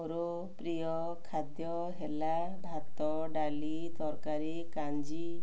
ମୋର ପ୍ରିୟ ଖାଦ୍ୟ ହେଲା ଭାତ ଡାଲି ତରକାରୀ କାଞ୍ଜି